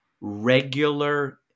regular